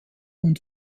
und